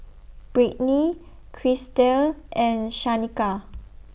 Britni Krystle and Shanika